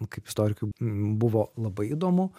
kaip istorikui buvo labai įdomu